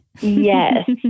Yes